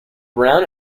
brown